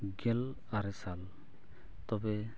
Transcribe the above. ᱜᱮᱞ ᱟᱨᱮᱥᱟᱞ ᱛᱚᱵᱮ